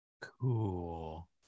Cool